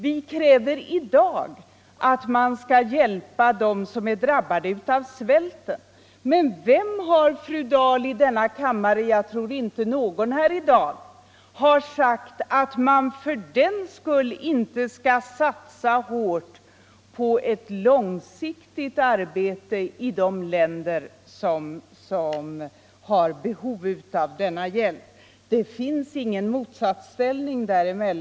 Vi kräver i dag att vi skall få hjälpa dem som är drabbade av svälten i de hårdast drabbade länderna. Men, fru Dahl, vem i denna kammare har sagt att man fördenskull inte också skall satsa på ett långsiktigt arbete? Det finns ingen motsatsställning därvidlag.